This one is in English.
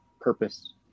purpose